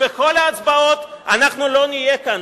בכל ההצבעות לא נהיה כאן.